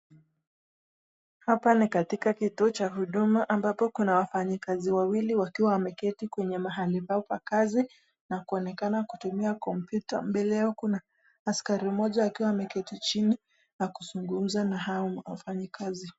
Hapa ni katika kituo cha huduma ambapo kuna wafanyi kazi wawili wakiwa wameketi kwenye mahali pao pa kazi , na kuonekana kutumia computer ,mbele yao kuna askari moja akiwa ameketi chini , akizungumza na hawa wafanyi kazi.